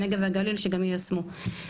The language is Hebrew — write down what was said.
והנגב והגליל שגם יישמו.